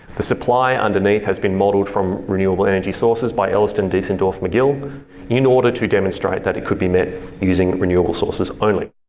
the supply underneath has been modeled from renewable energy sources by elliston, diesendorf and macgill in order to demonstrate that it could be met using renewable sources only.